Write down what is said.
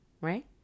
right